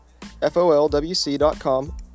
folwc.com